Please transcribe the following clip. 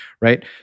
Right